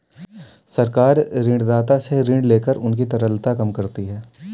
सरकार ऋणदाता से ऋण लेकर उनकी तरलता कम करती है